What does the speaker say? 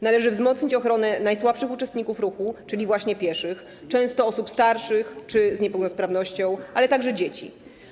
Należy wzmocnić ochronę najsłabszych uczestników ruchu, czyli właśnie pieszych, często osób starszych czy z niepełnosprawnością, ale także dzieci.